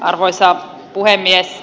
arvoisa puhemies